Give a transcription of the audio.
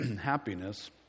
happiness